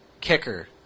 kicker